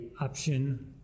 option